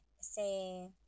Say